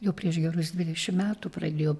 jau prieš gerus dvidešim metų pradėjo